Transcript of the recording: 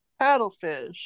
paddlefish